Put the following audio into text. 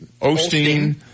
Osteen